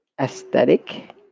aesthetic